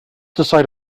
decide